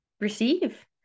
receive